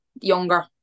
younger